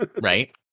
right